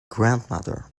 grandmother